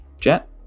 Jet